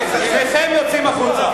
שניכם יוצאים החוצה.